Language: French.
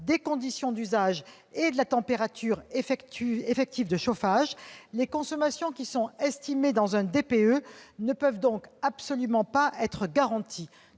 des conditions d'usage et de la température effective de chauffage. Les consommations qui sont estimées dans un DPE ne peuvent donc absolument pas être garanties.